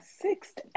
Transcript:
sixth